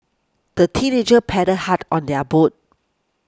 the teenagers paddled hard on their boat